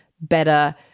better